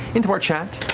into our chat.